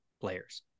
players